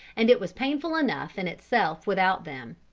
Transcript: and it was painful enough in itself without them.